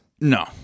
No